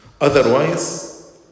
Otherwise